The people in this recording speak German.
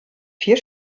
vier